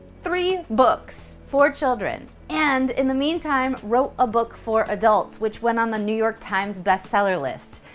three books for children. and in the meantime wrote a book for adults, which went on the new york times bestseller list.